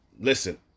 listen